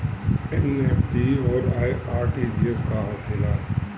ई एन.ई.एफ.टी और आर.टी.जी.एस का होखे ला?